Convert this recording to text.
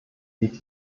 geht